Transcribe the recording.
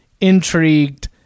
intrigued